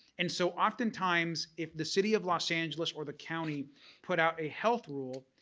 and so oftentimes if the city of los angeles or the county put out a health rule,